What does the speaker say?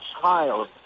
child